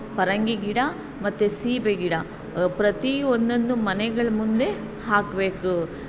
ಪರಂಗಿ ಗಿಡ ಮತ್ತು ಸೀಬೆ ಗಿಡ ಪ್ರತೀ ಒಂದೊಂದು ಮನೆಗಳು ಮುಂದೆ ಹಾಕಬೇಕು